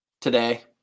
Today